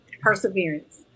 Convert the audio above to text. perseverance